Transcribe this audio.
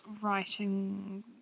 writing